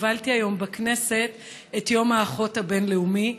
הובלתי היום בכנסת את יום האחות הבין-לאומי.